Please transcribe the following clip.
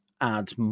add